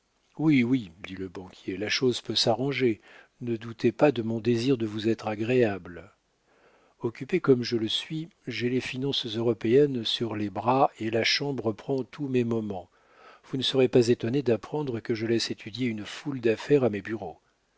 oui oui dit le banquier la chose peut s'arranger ne doutez pas de mon désir de vous être agréable occupé comme je le suis j'ai les finances européennes sur les bras et la chambre prend tous mes moments vous ne serez pas étonné d'apprendre que je laisse étudier une foule d'affaires à mes bureaux